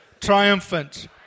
triumphant